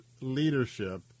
leadership